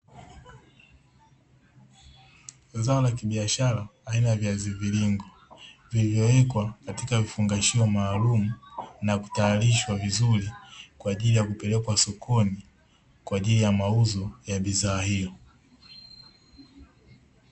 Zao la kibiashara aina ya viazi mviringo, vilivyowekwa katika vifungashio maalumu na kutayarishwa vizuri kwa ajili ya kupelekwa sokoni kwa ajili ya mauzo ya bidhaa hiyo.